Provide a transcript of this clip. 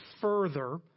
further